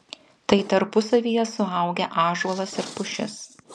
tai tarpusavyje suaugę ąžuolas ir pušis